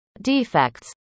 defects